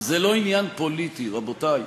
זה לא עניין פוליטי, רבותי.